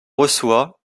reçoit